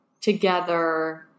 together